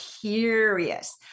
curious